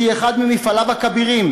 שהיא אחד מהמפעלים הכבירים,